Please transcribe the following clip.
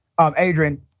Adrian